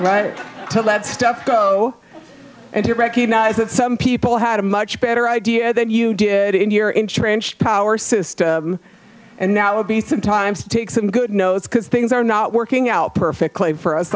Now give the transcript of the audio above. to let stuff go and to recognize that some people had a much better idea than you did in your entrenched power system and now would be some time to take some good notes because things are not working out perfectly for us